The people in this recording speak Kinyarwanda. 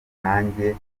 nanjye